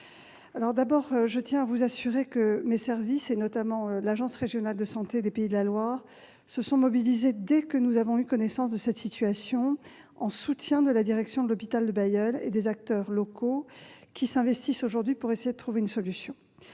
par ailleurs à vous assurer que mes services et l'agence régionale de santé, l'ARS, des Pays de la Loire se sont mobilisés, dès qu'ils ont eu connaissance de cette situation, en soutien de la direction de l'hôpital de Bailleul et des acteurs locaux, qui s'investissent aujourd'hui pour essayer de trouver une solution.